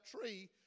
tree